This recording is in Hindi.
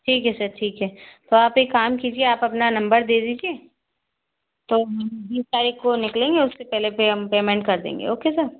ठीक है सर ठीक है तो आप एक काम कीजिए आप अपना नंबर दे दीजिए तो बीस तारीख़ को निकलेंगे उसके पहले फिर हम पेमेंट कर देंगे ओके सर